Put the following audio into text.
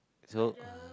so